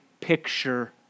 picture